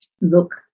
look